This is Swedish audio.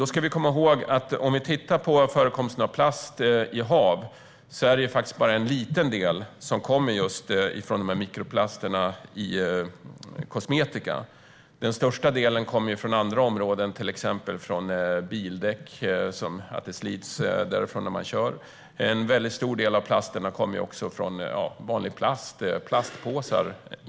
Då ska vi komma ihåg att i fråga om förekomsten av plast i hav kommer endast en liten del från mikroplasterna i kosmetika. Den största delen kommer från andra områden, till exempel från bildäck som slits vid körning. En stor del av plasterna kommer från inte minst vanliga plastpåsar.